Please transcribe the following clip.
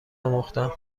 آموختهام